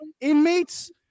inmates